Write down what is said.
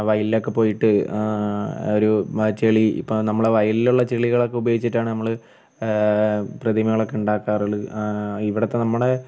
വയലിലൊക്കെ പോയിട്ട് ആ ഒരു ആ ചെളി ഇപ്പം നമ്മുടെ വയലിലുള്ള ചെളികളൊക്കെ ഉപയോഗിച്ചിട്ടാണ് നമ്മൾ പ്രതിമകളൊക്കെ ഉണ്ടാക്കാറുള്ളത് ഇവിടുത്തെ നമ്മുടെ